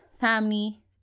family